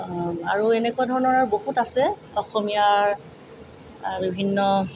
আৰু এনেকুৱা ধৰণৰ বহুত আছে অসমীয়াৰ বিভিন্ন